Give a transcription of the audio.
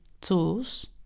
tools